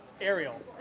Ariel